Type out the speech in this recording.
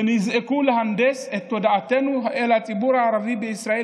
ונזעקו להנדס את תודעתו של הציבור הערבי בישראל